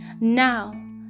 Now